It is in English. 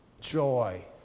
joy